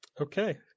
okay